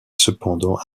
cependant